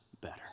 better